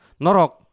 Norok